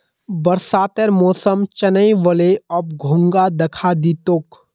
बरसातेर मौसम चनइ व ले, अब घोंघा दखा दी तोक